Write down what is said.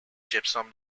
gypsum